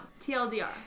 TLDR